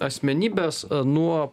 asmenybes nuo